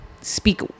speak